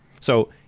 So-